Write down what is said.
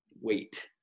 wait